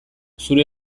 zure